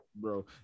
Bro